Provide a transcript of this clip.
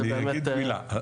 אני אגיד מילה.